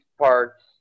parts